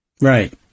Right